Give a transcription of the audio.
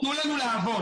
תנו לנו לעבוד.